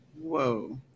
Whoa